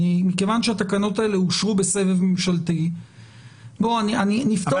מכיוון שהתקנות האלה אושרו בסבב ממשלתי נפתור את הבעיה --- אבל